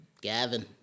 Gavin